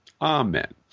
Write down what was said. Amen